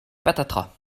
patatras